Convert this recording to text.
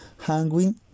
hanging